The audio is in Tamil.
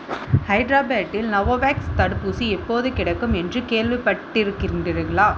ஹைட்ராபேத்தில் நவ்வா வேக்ஸ் தடுப்பூசி எப்போது கிடைக்கும் என்று கேள்விப்பட்டிருக்கின்றீர்களா